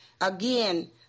Again